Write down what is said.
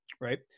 right